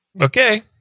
Okay